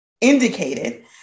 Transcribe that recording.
indicated